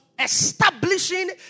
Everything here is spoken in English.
establishing